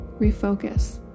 refocus